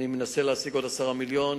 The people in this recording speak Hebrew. אני מנסה להשיג עוד 10 מיליון.